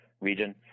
region